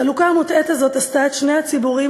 החלוקה המוטעית הזאת עשתה את שני הציבורים